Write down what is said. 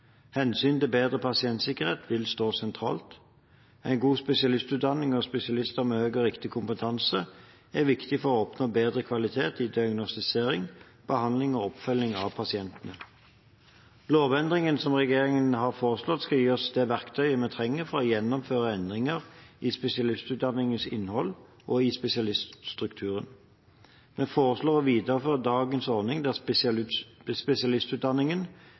til bedre pasientsikkerhet vil stå sentralt. En god utdanning av spesialister med høy og riktig kompetanse er viktig for å oppnå bedre kvalitet i diagnostisering, behandling og oppfølging av pasientene. Lovendringen som regjeringen har foreslått, skal gi oss det verktøy som vi trenger for å gjennomføre endringer i spesialistutdanningens innhold og i spesialitetsstrukturen. Vi foreslår å videreføre dagens ordning, der spesialistutdanningen